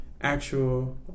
actual